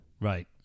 Right